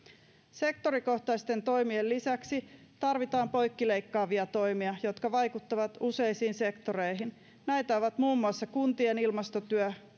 sektorikohtaisten toimien lisäksi tarvitaan poikkileikkaavia toimia jotka vaikuttavat useisiin sektoreihin näitä ovat muun muassa kuntien ilmastotyö